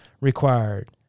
required